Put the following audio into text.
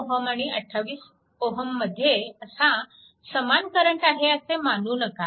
12Ω आणि 28Ω मध्ये असा समान करंट आहे असे मानू नका